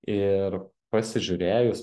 ir pasižiūrėjus